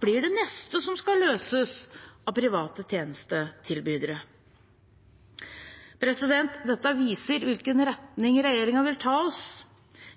blir det neste som skal løses av private tjenestetilbydere? Dette viser i hvilken retning regjeringen vil ta oss.